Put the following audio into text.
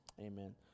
Amen